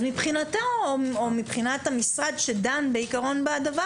מבחינת המשרד שדן בזה,